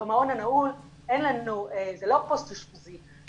המעון הנעול זה לא פוסט אשפוזי,